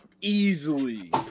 easily